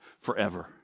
forever